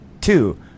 Two